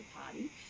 Party